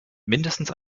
mindestens